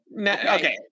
okay